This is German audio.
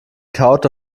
kaute